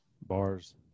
bars